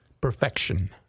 Perfection